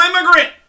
immigrant